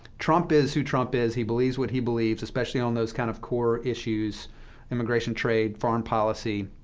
trump is who trump is. he believes what he believes, especially on those kind of core issues immigration, trade, foreign policy.